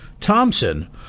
Thompson